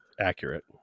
accurate